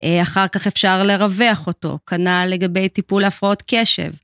אחר כך אפשר לרווח אותו, כנ"ל לגבי טיפול להפרעות קשב.